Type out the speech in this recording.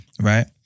Right